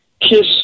kiss